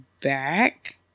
back